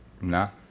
no